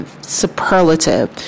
superlative